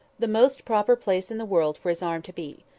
the most proper place in the world for his arm to be